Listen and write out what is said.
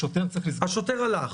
השוטר הלך.